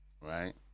right